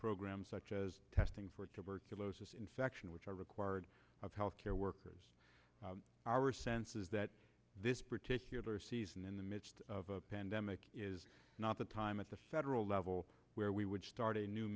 programs such as testing for tuberculosis infection which are required of health care workers our sense is that this particular season in the midst of a pandemic is not the time at the federal level where we would start a new